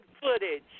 footage